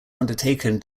undertaken